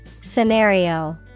Scenario